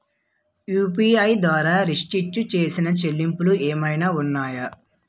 UPI ద్వారా restrict చేసిన చెల్లింపులు ఏమైనా ఉన్నాయా?